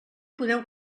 podeu